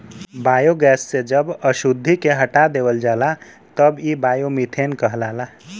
biogas से जब अशुद्धि के हटा देवल जाला तब इ बायोमीथेन कहलाला